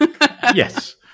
yes